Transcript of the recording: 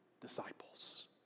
disciples